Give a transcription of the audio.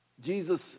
Jesus